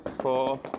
four